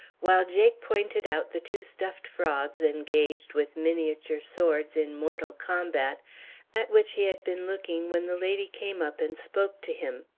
while jake pointed out the two stuffed frogs engaged with miniature swords in mortal combat at which he had been looking when the lady came up and spoke to him.